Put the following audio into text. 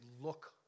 look